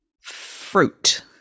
fruit